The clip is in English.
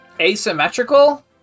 Asymmetrical